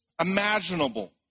imaginable